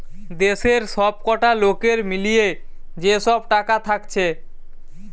দেশের সবকটা লোকের মিলিয়ে যে সব টাকা থাকছে